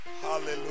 hallelujah